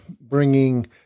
bringing